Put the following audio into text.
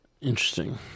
Interesting